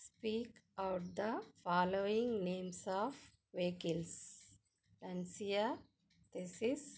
speak out the following names of vehicles Lancia Thesis